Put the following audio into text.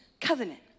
covenant